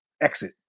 exit